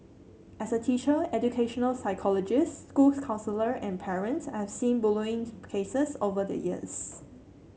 as a teacher educational psychologist school counsellor and parent I've seen bullying cases over the years